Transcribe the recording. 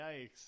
yikes